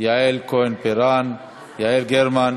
יעל כהן-פארן, יעל גרמן.